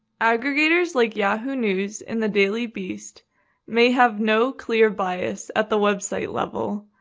aggregators like yahoo! news and the daily beast may have no clear bias at the website level,